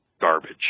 garbage